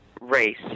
race